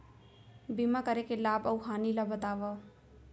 बीमा करे के लाभ अऊ हानि ला बतावव